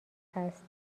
هست